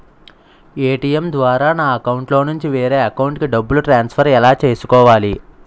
ATM ద్వారా నా అకౌంట్లోనుంచి వేరే అకౌంట్ కి డబ్బులు ట్రాన్సఫర్ ఎలా చేసుకోవాలి?